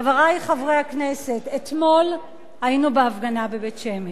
חברי חברי הכנסת, אתמול היינו בהפגנה בבית-שמש.